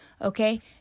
okay